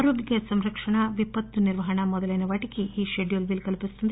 ఆరోగ్య సంరక్షణ విపత్తు నిర్వహణ మొదలైన వాటికి ఈ పెడ్యూల్ వీలు కల్పిస్తుంది